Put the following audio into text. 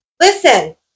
Listen